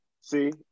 see